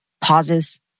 pauses